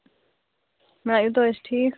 نَہ یوٗتاہ حَظ چھُ ٹھیٖک